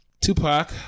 Tupac